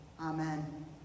Amen